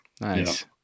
Nice